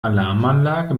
alarmanlage